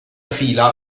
fila